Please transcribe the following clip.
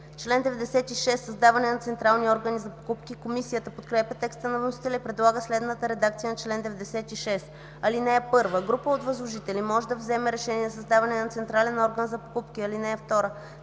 „Чл. 96. Създаване на централни органи за покупки”. Комисията подкрепя текста на вносителя и предлага следната редакция на чл. 96: „Чл. 96. (1) Група от възложители може да вземе решение за създаване на централен орган за покупки. (2)